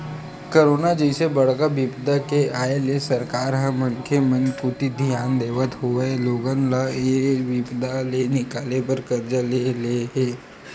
corona जइसे बड़का बिपदा के आय ले सरकार ह मनखे मन कोती धियान देवत होय लोगन ल ऐ बिपदा ले निकाले बर करजा ले हे